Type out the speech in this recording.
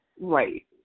Right